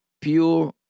pure